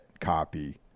copy